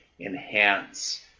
enhance